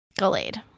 Gallade